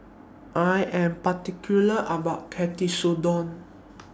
I Am particular about Katsudon